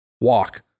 Walk